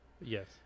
Yes